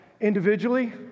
individually